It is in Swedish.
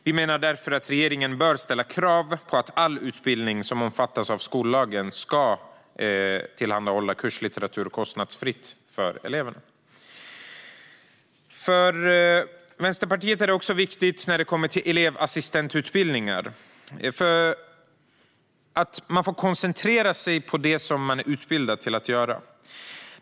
Vi menar därför att regeringen bör ställa krav på att det inom all utbildning som omfattas av skollagen ska tillhandahållas kurslitteratur kostnadsfritt för eleverna. För Vänsterpartiet är det viktigt med elevassistentutbildningar. Det handlar om att man ska få koncentrera sig på det man är utbildad till att göra.